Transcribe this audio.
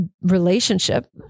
relationship